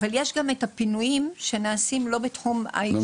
אבל יש גם את הפינויים שנעשים לא בתחום העדכון.